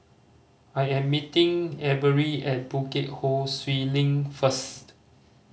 I am meeting Avery at Bukit Ho Swee Link first